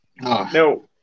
No